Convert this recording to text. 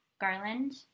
garland